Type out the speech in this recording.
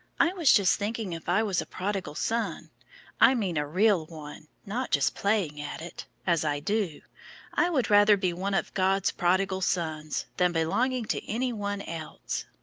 i was just thinking if i was a prodigal son i mean a real one, not just playing at it, as i do i would rather be one of god's prodigal sons, than belonging to any one else.